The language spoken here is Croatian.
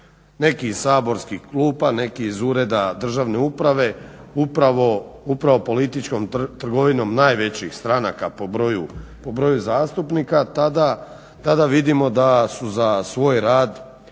nekih saborskih klupa, neki iz ureda državne uprave, upravo političkom trgovinom najvećih stranaka po broju zastupnika tada vidimo da su za svoj rad